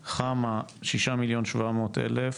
חמה: 6,700 מיליון,